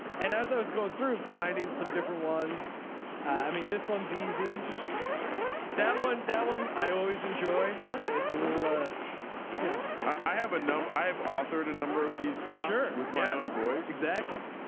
and as i was going through finding some different ones i mean this one's easy target that one that one i always enjoyed. it's ah it's a little ah you know i have a number i have authored a number of these years with my own voice. exactly.